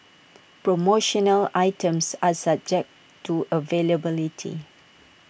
promotional items are subject to availability